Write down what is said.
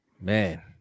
man